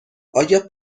آیا